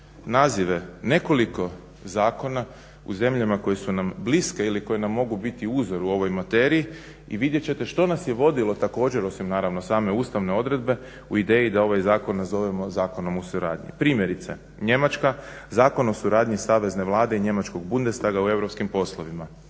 nazive nekoliko zakona u zemljama koje su nam bliske ili koje nam mogu biti uzor u ovoj materiji i vidjet ćete što nas je vodilo također, osim naravno same ustavne odredbe, u ideji da ovaj zakon nazovemo Zakonom o suradnji. Primjerice, Njemačka Zakon o suradnji Savezne vlade i Njemačkog Bundestaga u europskim poslovima.